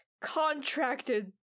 contracted